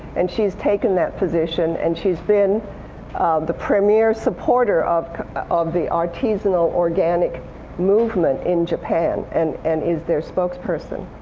and she's taken that position. and she's been the premier supporter of of the artisanal organic movement in japan and and is their spokesperson.